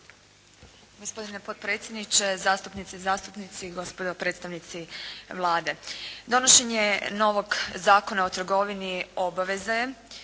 Gospodine potpredsjedniče, zastupnice i zastupnici, gospodo predstavnici Vlade. Donošenje novog Zakona o trgovini obaveza